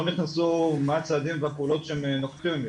נכנסו מה הצעדים והפעולות שהם נוקטים,